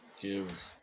give